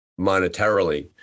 monetarily